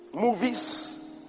movies